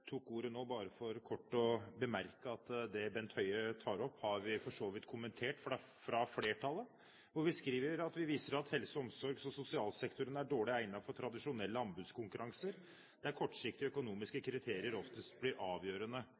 tok ordet nå bare for kort å bemerke at det Bent Høie tar opp, har vi for så vidt kommentert fra flertallet. Vi skriver: «Flertallet viser til at helse-, omsorgs- og sosialsektorene er dårlig egnet for tradisjonelle anbudskonkurranser, der kortsiktige økonomiske kriterier oftest blir avgjørende.